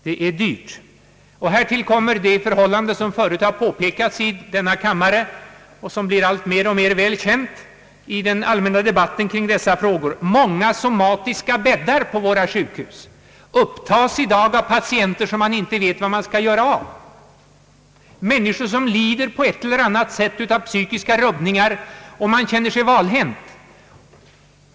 Det är dyrt och härtill kommer det förhållande, som förut har påpekats i denna kammare och som blir allt mer och mer väl känt i den allmänna debatten kring dessa frågor, att många somatiska bäddar på våra sjukhus i dag upptas av patienter som man inte vet var man skall göra av, människor som lider på ett eller annat sätt av psykiska rubbningar. Man känner sig valhänt.